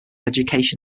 education